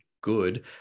good